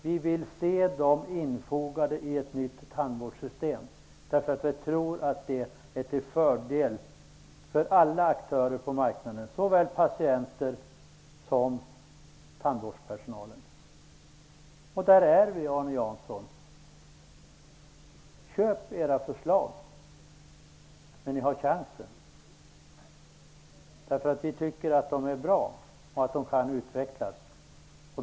Vi vill se dem infogade i ett nytt tandvårdssystem, eftersom vi tror att det är till fördel för alla aktörer på marknaden, såväl patienter som tandvårdspersonal. Där är vi, Arne Jansson. Köp era egna förslag! Ni har chansen. Vi tycker att de är bra och att de kan utvecklas.